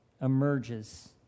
emerges